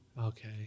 Okay